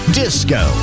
disco